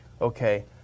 Okay